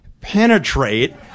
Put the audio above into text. penetrate